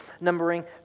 numbering